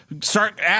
start